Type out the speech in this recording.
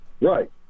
right